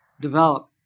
develop